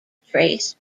trace